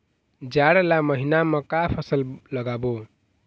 जाड़ ला महीना म का फसल लगाबो?